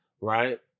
Right